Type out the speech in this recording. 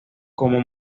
como